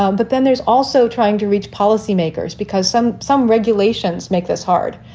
um but then there's also trying to reach policymakers because some some regulations make this hard.